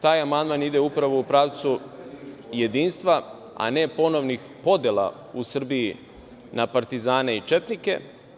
Taj amandman ide upravo u pravcu jedinstva, a ne ponovnih podela u Srbiji na partizane i četnike.